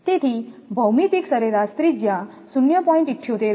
તેથી ભૌમિતિક સરેરાશ ત્રિજ્યા 0